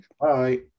Bye